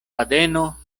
fadeno